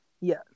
yes